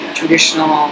traditional